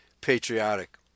patriotic